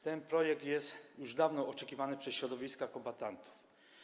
Ten projekt jest już dawno oczekiwany przez środowiska kombatantów.